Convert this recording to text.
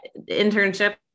internship